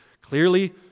clearly